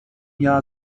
jahr